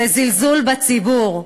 זה זלזול בציבור.